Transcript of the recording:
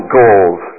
goals